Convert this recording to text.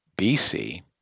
BC